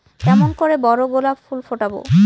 কেমন করে বড় গোলাপ ফুল ফোটাব?